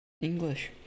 English